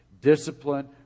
Discipline